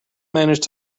managed